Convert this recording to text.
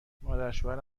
مادرشوهر